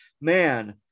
man